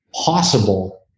possible